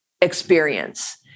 experience